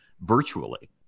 virtually